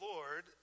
Lord